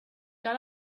got